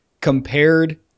compared